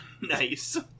Nice